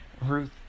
Ruth